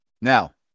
Now